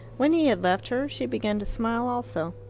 when he had left her she began to smile also.